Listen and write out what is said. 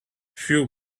few